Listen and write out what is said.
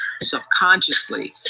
subconsciously